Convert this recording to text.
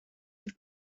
het